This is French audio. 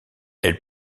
elle